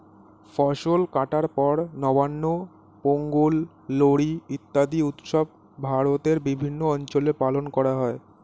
ফসল কাটার পর নবান্ন, পোঙ্গল, লোরী ইত্যাদি উৎসব ভারতের বিভিন্ন অঞ্চলে পালন করা হয়